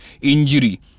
injury